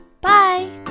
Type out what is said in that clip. Bye